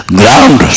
ground